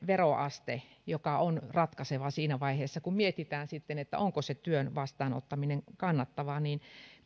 veroaste joka on ratkaiseva siinä vaiheessa kun mietitään onko se työn vastaanottaminen kannattavaa